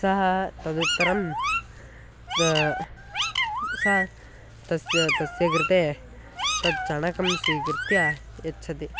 सः तदुत्तरं तु सा तस्य तस्य कृते तत् चणकं स्वीकृत्य यच्छति